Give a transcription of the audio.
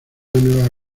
nueva